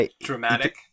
Dramatic